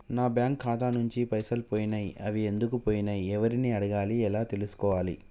నా బ్యాంకు ఖాతా నుంచి పైసలు పోయినయ్ అవి ఎందుకు పోయినయ్ ఎవరిని అడగాలి ఎలా తెలుసుకోవాలి?